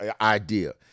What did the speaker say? idea